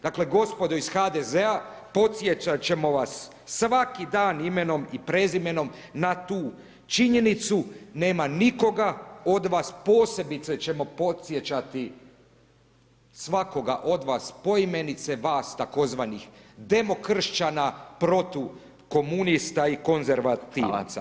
Dakle gospodo iz HDZ-a, podsjećat ćemo vas svaki dan imenom i prezimenom na tu činjenicu, nema nikoga od vas, posebice ćemo podsjećati svakoga od vas, poimence vas tzv. demokršćana, protukomunista i konzervativaca.